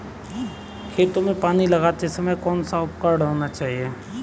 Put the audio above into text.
खेतों में पानी लगाते समय कौन सा उपकरण होना चाहिए?